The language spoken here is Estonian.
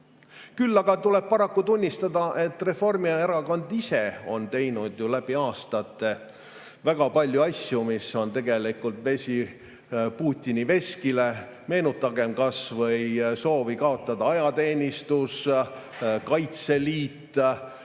tõsi. Küll aga tuleb paraku tunnistada, et Reformierakond ise on teinud läbi aastate väga palju asju, mis on tegelikult vesi Putini veskile. Meenutagem kas või soovi kaotada ajateenistus, Kaitseliit, alles